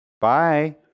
Bye